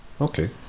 Okay